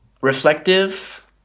reflective